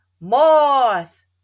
Moss